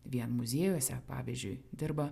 vien muziejuose pavyzdžiui dirba